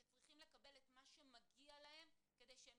שצריכים לקבל את מה שמגיע להם כדי שהם